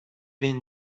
been